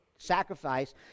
sacrifice